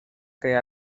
crear